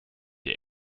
die